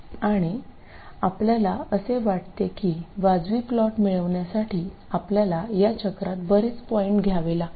आणि आपल्याला असे वाटते की वाजवी प्लॉट मिळविण्यासाठी आपल्याला या चक्रात बरेच पॉईंट घ्यावे लागतील